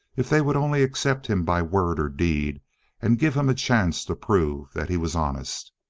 if they would only accept him by word or deed and give him a chance to prove that he was honest!